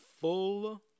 full